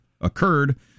occurred